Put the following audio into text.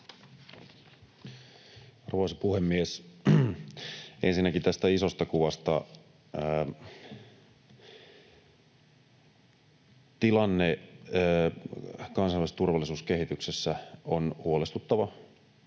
Arvoisa puhemies! Ensinnäkin tästä isosta kuvasta: Tilanne kansainvälisessä turvallisuuskehityksessä on huolestuttava.